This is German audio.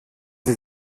sie